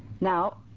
now